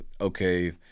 okay